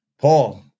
Paul